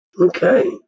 Okay